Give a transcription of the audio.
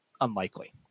unlikely